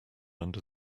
under